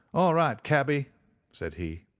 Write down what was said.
all right, cabby said he.